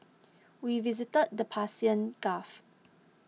we visited the Persian Gulf